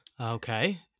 Okay